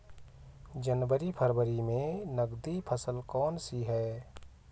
जनवरी फरवरी में नकदी फसल कौनसी है?